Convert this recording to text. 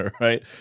right